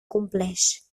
compleix